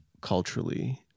culturally